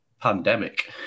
pandemic